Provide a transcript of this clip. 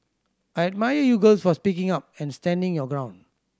I admire you girls for speaking up and standing your ground